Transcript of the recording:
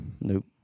Nope